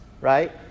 right